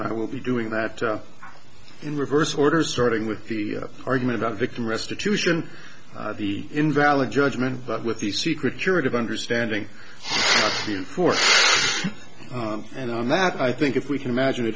and i will be doing that in reverse order starting with the argument about victim restitution the invalid judgment but with the secret curative understanding for and on that i think if we can imagine a